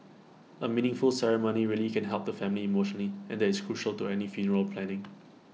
A meaningful ceremony really can help the family emotionally and that is crucial to any funeral planning